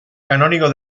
canónigo